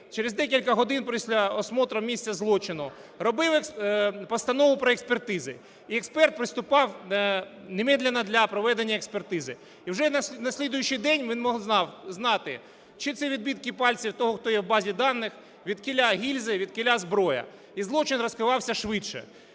через декілька годин, після осмотру місця злочину робив постанову про експертизи. І експерт приступав немедленно для проведення експертизи, і вже на слідуючий день, він міг знати, чи це відбитки пальців того, хто є в базі даних, відкіля гільзи, відкіля зброя, і злочин розкривався швидше.